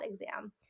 exam